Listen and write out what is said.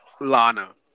Lana